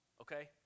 okay